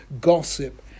Gossip